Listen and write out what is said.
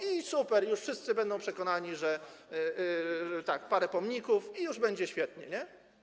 i super, już wszyscy będą przekonani, parę pomników i już będzie świetnie, nie?